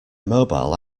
mobile